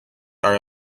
are